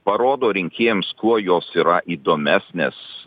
parodo rinkėjams kuo jos yra įdomesnės